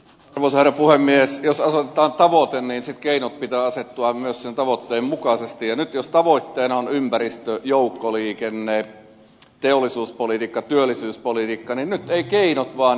jos asetetaan tavoite niin sitten keinojen pitää asettua myös sen tavoitteen mukaisesti ja jos tavoitteena on ympäristö joukkoliikenne teollisuuspolitiikka työllisyyspolitiikka niin nyt eivät keinot vaan iske ed